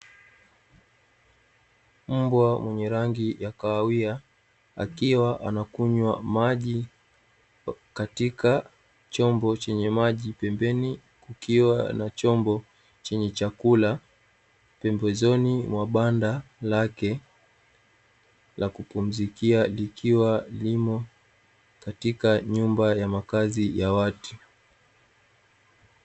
Mbwa mwenye rangi ya kahawia akiwa anakunywa maji katika chombo chenye maji. Pembeni kukiwa na chombo chenye chakula pembezoni mwa banda lake la kupumzikia, likiwa limo katika nyumba ya makazi ya watu.